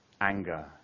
anger